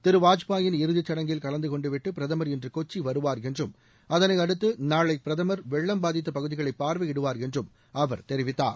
திரு வாஜ்பாயின் இறுதிச் சடங்கில் கலந்தகொண்டுவிட்டு பிரதமர் இன்று கொச்சி வருவார் என்றும் அதனை அடுத்து நாளை பிரதமர் வெள்ளம் பாதித்தப் பகுதிகளை பார்வையிடுவார் என்றும் அவர் தெரிவித்தார்